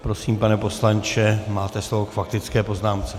Prosím, pane poslanče, máte slovo k faktické poznámce.